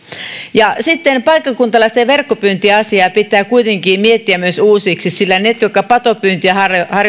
paikkakuntalaisten verkkopyyntiasiaa pitää kuitenkin miettiä myös uusiksi niin että ne jotka patopyyntiä